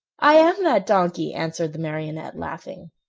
i am that donkey, answered the marionette laughing.